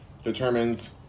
determines